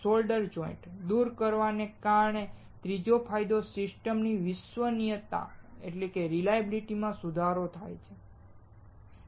solder joints દૂર કરવાને કારણે ત્રીજો ફાયદો સિસ્ટમની વિશ્વસનીયતા માં સુધારો થયો છે